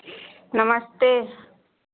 नमस्ते